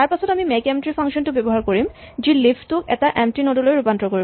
তাৰপাচত আমি make empty function টো ব্যৱহাৰ কৰিম যি লিফ টোক এটা এম্প্টী নড লৈ ৰূপান্তৰ কৰিব